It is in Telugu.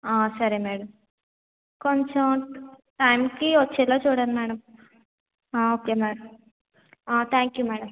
సరే మేడం కొంచెం టైమ్కి వచ్చేలా చూడండి madam okay madam thank you okay madam